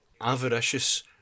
avaricious